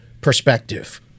perspective